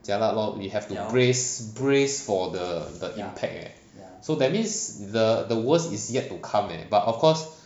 jialat lor we have to brace brace for the the impact eh so that means the worst is yet to come eh but of course